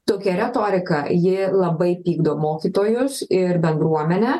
tokia retorika ji labai pykdo mokytojus ir bendruomenę